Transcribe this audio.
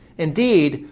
indeed,